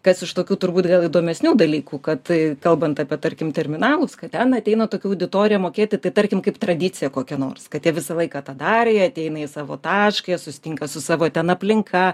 kas iš tokių turbūt dėl įdomesnių dalykų kad kalbant apie tarkim terminalus kad ten ateina tokia auditorija mokėti tai tarkim kaip tradicija kokia nors katė visą laiką tą darė jie ateina į savo tašką jie susitinka su savo ten aplinka